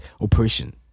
operation